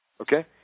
Okay